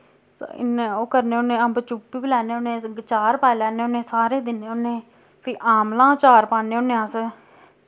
इन्ने ओ करने होने अम्ब चूप्पी बी लैने होने चार पाई लैने होने सारें दिन्ने होने फ्ही अमलां चार पाने होने अस